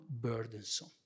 burdensome